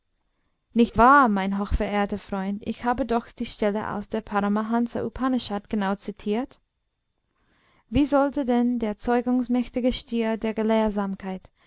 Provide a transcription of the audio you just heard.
nicht wahr mein hochverehrter freund ich habe doch die stelle aus der paramahansa upanishad genau zitiert wie sollte denn der zeugungsmächtige stier der gelehrsamkeit